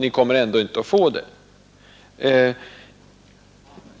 Ni kommer ändå inte att få det.”